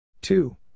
two